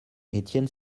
étienne